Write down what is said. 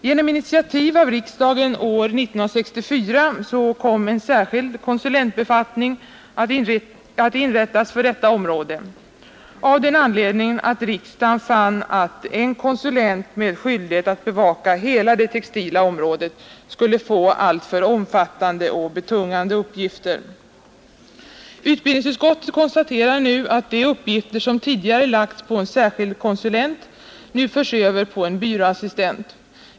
Genom initiativ av riksdagen år 1964 kom en särskild konsulentbefattning att inrättas för detta område av den anledningen, att riksdagen fann att en konsulent med skyldighet att bevaka hela det textila området skulle få alltför omfattande och betungande uppgifter. Utbildningsutskottet konstaterar att de uppgifter som tidigare lagts på en särskild konsulent nu förs över på en byråassistent.